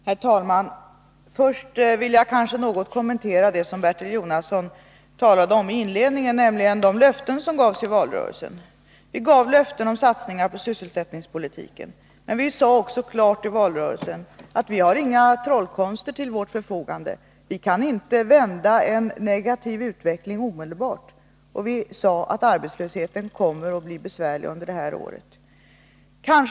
Herr talman! Först vill jag något kommentera det som Bertil Jonasson talade om i inledningen, nämligen de löften som gavs i valrörelsen. Vi gav löften om satsningar på sysselsättningspolitiken, men vi sade i valrörelsen också klart att vi inte har några trollkonster till vårt förfogande och att vi inte omedelbart kan vända en negativ utveckling. Vi sade dessutom att arbetslösheten kommer att bli besvärlig under detta år.